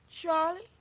Charlie